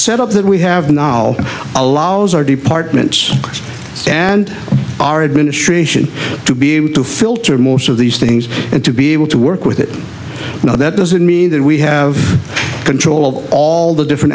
set up that we have now allows our departments and our administrator to be able to filter most of these things and to be able to work with it you know that doesn't mean that we have control of all the different